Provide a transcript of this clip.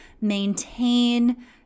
maintain